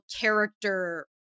character